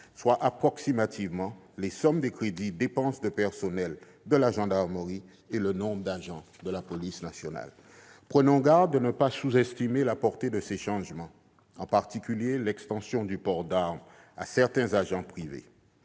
soit approximativement la somme des crédits « dépenses de personnel » de la gendarmerie et le nombre d'agents de la police nationale ... Prenons garde à ne pas sous-estimer la portée de ces changements, en particulier l'extension du port d'arme à certains agents privés.